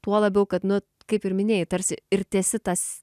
tuo labiau kad nu kaip ir minėjai tarsi ir tiesi tas